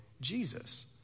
Jesus